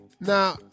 Now